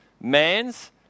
man's